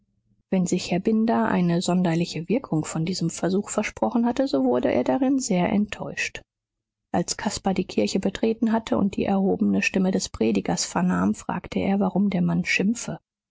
wenn sich herr binder eine sonderliche wirkung von diesem versuch versprochen hatte so wurde er darin sehr enttäuscht als caspar die kirche betreten hatte und die erhobene stimme des predigers vernahm fragte er warum der mann schimpfe